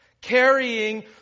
Carrying